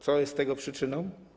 Co jest tego przyczyną?